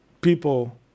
people